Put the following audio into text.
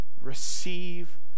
Receive